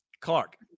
Clark